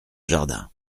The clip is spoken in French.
jardin